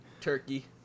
turkey